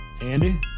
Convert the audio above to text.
Andy